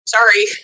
Sorry